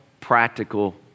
practical